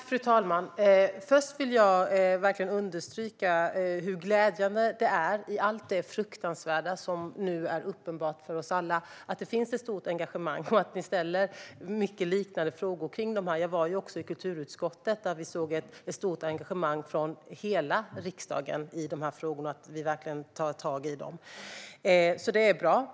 Fru talman! Först vill jag, i allt det fruktansvärda som nu är uppenbart för oss alla, understryka hur glädjande det är att det finns ett stort engagemang. Ni ställer många liknande frågor om detta, och när jag var i kulturutskottet såg vi ett stort engagemang från hela riksdagen i dessa frågor - att vi verkligen ska ta tag i dem. Det är bra.